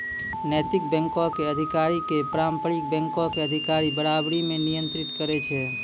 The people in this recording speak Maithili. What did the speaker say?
नैतिक बैंको के अधिकारी के पारंपरिक बैंको के अधिकारी बराबरी मे नियंत्रित करै छै